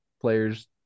players